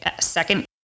second